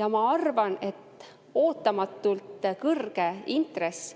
Ja ma arvan, et ootamatult kõrge intress